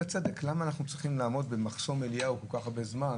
בצדק: למה אנחנו צריכים לעמוד במחסום אליהו כל כך הרבה זמן